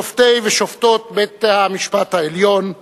שופטי ושופטות בית-המשפט העליון,